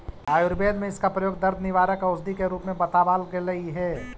आयुर्वेद में इसका प्रयोग दर्द निवारक औषधि के रूप में बतावाल गेलई हे